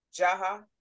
Jaha